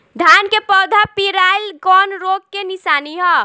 धान के पौधा पियराईल कौन रोग के निशानि ह?